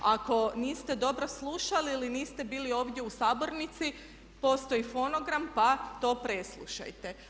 Ako niste dobro slušali ili niste bili ovdje u sabornici postoji fonogram pa to preslušajte.